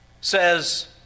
says